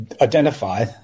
identify